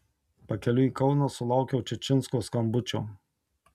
pakeliui į kauną sulaukiau čičinsko skambučio